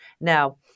now